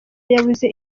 yabuze